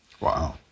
Wow